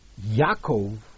Yaakov